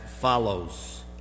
follows